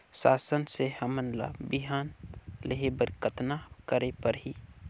शासन से हमन ला बिहान लेहे बर कतना करे परही?